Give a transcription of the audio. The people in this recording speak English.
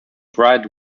bright